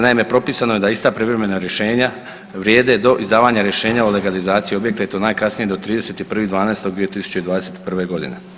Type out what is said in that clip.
Naime, propisano je da ista privremena rješenja vrijede do izdavanja rješenja o legalizaciji objekta i to najkasnije do 31.12.2021. godine.